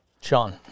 Sean